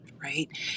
Right